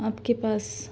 آپ کے پاس